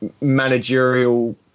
managerial